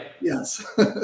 Yes